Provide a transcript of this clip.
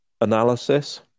analysis